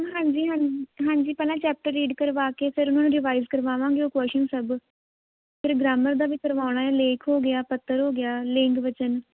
ਹਾਂਜੀ ਹਾਂ ਹਾਂਜੀ ਪਹਿਲਾਂ ਚੈਪਟਰ ਰੀਡ ਕਰਵਾ ਕੇ ਫਿਰ ਉਹਨਾਂ ਨੂੰ ਰਿਵਾਈਜ਼ ਕਰਵਾਵਾਂਗੇ ਉਹ ਕੁਸ਼ਚਨ ਸਭ ਫਿਰ ਗਰਾਮਰ ਦਾ ਵੀ ਕਰਵਾਉਣਾ ਲੇਖ ਹੋ ਗਿਆ ਪੱਤਰ ਹੋ ਗਿਆ ਲਿੰਗ ਵਚਨ